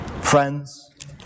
Friends